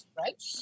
right